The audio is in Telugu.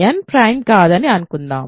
n ప్రైమ్ కాదని అనుకుందాం